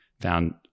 found